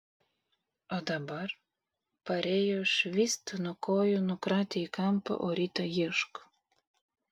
o dabar parėjo švyst nuo kojų nukratė į kampą o rytą ieško